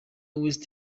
west